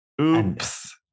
Oops